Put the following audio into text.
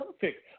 perfect